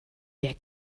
der